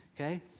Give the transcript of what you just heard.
okay